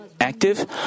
active